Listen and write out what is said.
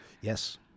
Yes